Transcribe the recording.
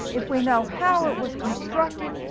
if we know how it was constructed,